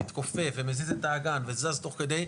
מתכופף, ומזיז את האגן, וזז תוך כדי.